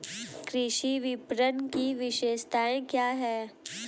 कृषि विपणन की विशेषताएं क्या हैं?